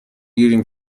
گیریم